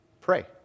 pray